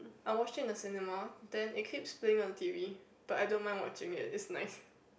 I watching in the cinema then it keeps playing on the t_v but I don't mind watching it is nice